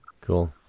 Cool